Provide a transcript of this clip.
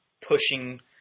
pushing